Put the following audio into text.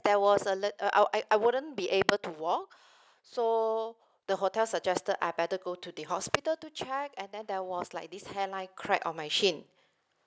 there was a little uh I I wouldn't be able to walk so the hotel suggested I better go to the hospital to check and then there was like this hair line crack on my shin